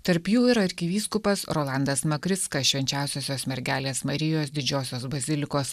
tarp jų ir arkivyskupas rolandas makrickas švenčiausiosios mergelės marijos didžiosios bazilikos